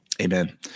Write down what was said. amen